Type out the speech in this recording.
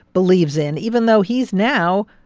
believes in, even though he's now,